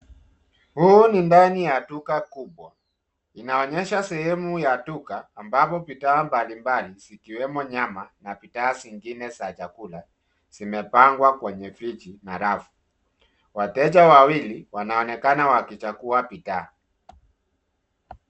Huu ni ndani ya duka kubwa, inaonyesha sehemu ya duka, ambapo bidhaa mbalimbali zikiwemo nyama, na bidhaa nyingine za chakula, zimepangwa kwenye friji, na rafu. Wateja wawili, wanaonekana wakichagua bidhaa.